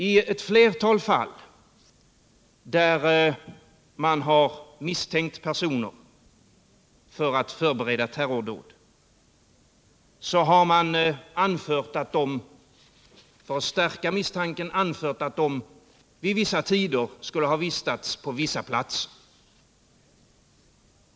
I ett flertal fall, där man har misstänkt personer för att förbereda terrordåd, har man för att stärka misstanken anfört att de vid vissa tider skulle ha vistats på vissa platser.